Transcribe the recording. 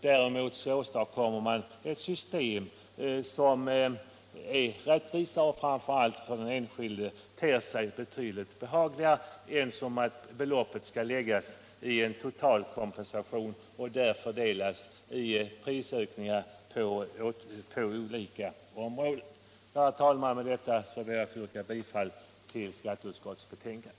Däremot åstadkommer man ett system som är rättvisare och framför allt för den enskilde ter sig betydligt behagligare än om beloppet skulle läggas in i en totalkompensation och därför delas på prisökningar på olika områden. Herr talman! Med det anförda ber jag att få yrka bifall till skatteutskottets hemställan.